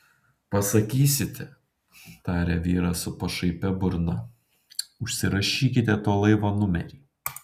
pasakysite tarė vyras su pašaipia burna užsirašykite to laivo numerį